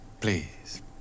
Please